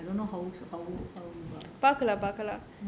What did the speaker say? they say january I don't know how how how